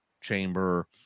chamber